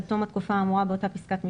עד תום התקופה האמורה באותה פסקת משנה,